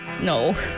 no